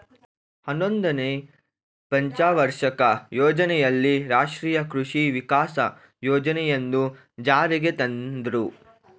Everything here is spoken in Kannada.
ಹನ್ನೊಂದನೆನೇ ಪಂಚವಾರ್ಷಿಕ ಯೋಜನೆಯಲ್ಲಿ ರಾಷ್ಟ್ರೀಯ ಕೃಷಿ ವಿಕಾಸ ಯೋಜನೆಯನ್ನು ಜಾರಿಗೆ ತಂದರು